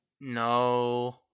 No